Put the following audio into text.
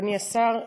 אדוני השר,